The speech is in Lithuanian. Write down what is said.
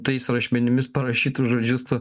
tais rašmenimis parašytus žodžius tu